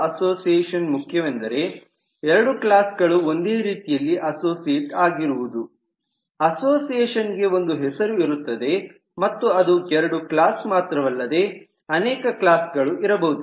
ಅಸೋಸಿಯೇಷನ್ನಿಗೆ ಒಂದು ಹೆಸರು ಇರುತ್ತದೆ ಮತ್ತು ಅದು ಎರಡು ಕ್ಲಾಸ್ ಮಾತ್ರವಲ್ಲದೆ ಅನೇಕ ಕ್ಲಾಸ್ ಗಳು ಇರಬಹುದು